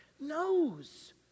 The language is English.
knows